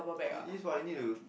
it is what you need to